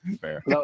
fair